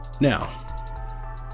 Now